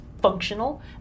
functional